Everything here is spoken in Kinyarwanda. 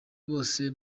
bose